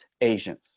Asians